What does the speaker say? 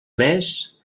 més